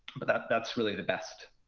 but that's that's really the best